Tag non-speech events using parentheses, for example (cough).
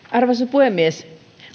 (unintelligible) arvoisa puhemies